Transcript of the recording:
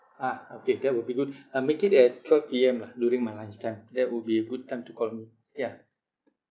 ah okay that would be good uh make it at twelve P_M lah during my lunch time that will be a good time to call me yeah